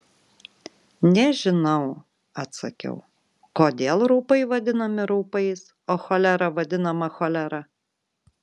nežinau atsakiau kodėl raupai vadinami raupais o cholera vadinama cholera